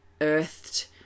earthed